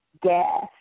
gas